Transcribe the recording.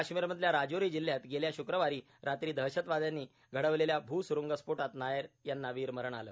काश्मीरमधल्या राजौरी जिल्ह्यात गेल्या शुक्रवारी रात्री दहशतवाद्यांनी घडवलेल्या भूसुरुंग स्फोटात नायर यांना वीरमरण आलं